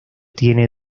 tiene